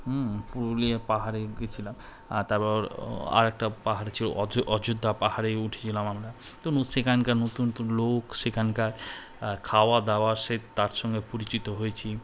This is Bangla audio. হুম পুরুলিয়া পাহাড়ে গিয়েছিলাম আর তারপর আর একটা পাহাড়ে ছিল অযো অযোধ্যা পাহাড়ে উঠেছিলাম আমরা তো সেখানকার নতুন নতুন লোক সেখানকার খাওয়া দাওয়া সে তার সঙ্গে পরিচিত হয়েছি